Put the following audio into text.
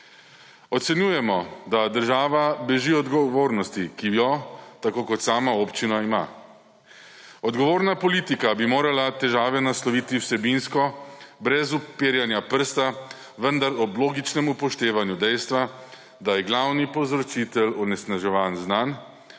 Ocenjujemo, da država beži od odgovornosti, ki jo – tako kot sama občina – ima. Odgovorna politika bi morala težave nasloviti vsebinsko, brez uperjenja prsta; vendar ob logičnem upoštevanju dejstva, da je glavni povzročitelj onesnaževanj znan,